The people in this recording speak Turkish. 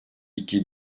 iki